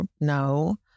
No